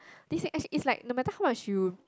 this as in it's like no matter how much you